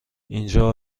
اینجا